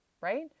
Right